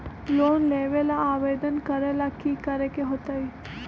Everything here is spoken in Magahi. लोन लेबे ला आवेदन करे ला कि करे के होतइ?